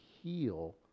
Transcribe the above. heal